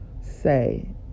say